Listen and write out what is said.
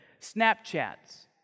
Snapchat's